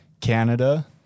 Canada